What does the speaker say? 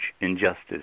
injustice